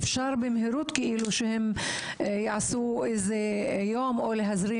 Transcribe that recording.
אפשר במהירות שהם יעשו איזה יום או להזרים